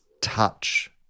touch